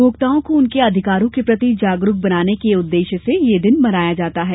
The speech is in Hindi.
उपभोक्ताओं को उनके अधिकारों के प्रति जागरूक बनाने के उद्देश्य से ये दिन मनाया जाता है